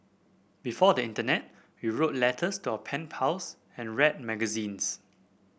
before the internet we wrote letters to our pen pals and read magazines